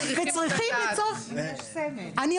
חברים.